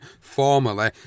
formerly